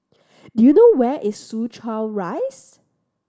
do you know where is Soo Chow Rise